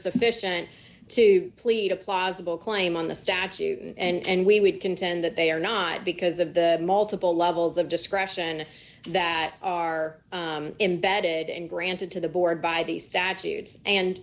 sufficient to plead a plausible claim on the statute and we would contend that they are not because of the multiple levels of discretion that are embedded and granted to the board by the statutes and